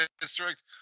district